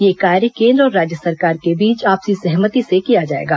यह कार्य केंद्र और राज्य सरकार के बीच आपसी सहमति से किया जाएगा